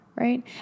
Right